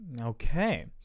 okay